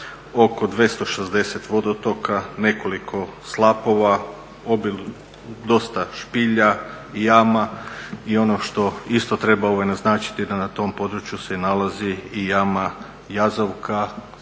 oko 260 vodotoka, nekoliko slapova, dosta špilja, jama i ono što isto treba naznačiti, da na tom području se nalazi i jama Jazovka